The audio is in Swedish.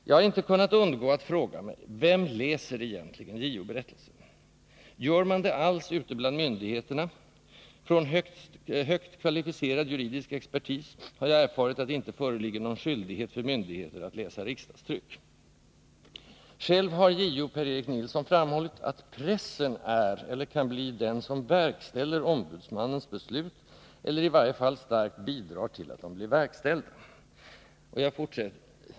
Jag har inte kunnat undgå att fråga mig: Vem läser egentligen JO-berättelsen? Gör man det alls ute bland myndigheterna? Från högt kvalificerad juridisk expertis har jag erfarit att det inte föreligger någon skyldighet för myndigheter att ”läsa riksdagstryck”. Själv har JO Per Erik Nilsson framhållit att pressen ”är eller kan bli den som verkställer ombudsmannens beslut eller i varje fall starkt bidrar till att de blir verkställda.